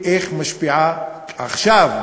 איך היא משפיעה עכשיו,